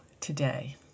today